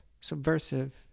subversive